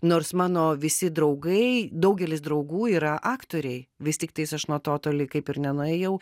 nors mano visi draugai daugelis draugų yra aktoriai vis tiktais aš nuo to toli kaip ir nenuėjau